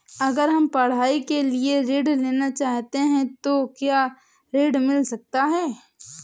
अगर हम पढ़ाई के लिए ऋण लेना चाहते हैं तो क्या ऋण मिल सकता है?